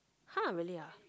!huh! really ah